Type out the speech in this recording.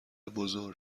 بزرگ